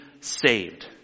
saved